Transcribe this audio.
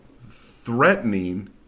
threatening